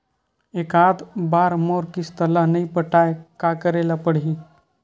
एकात बार मोर किस्त ला नई पटाय का करे ला पड़ही?